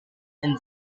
and